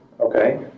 Okay